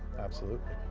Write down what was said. absolutely.